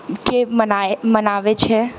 के मनाय मनाबै छै